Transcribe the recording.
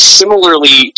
similarly